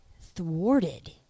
thwarted